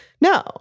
No